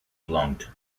plunged